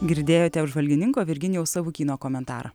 girdėjote apžvalgininko virginijaus savukyno komentarą